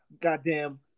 goddamn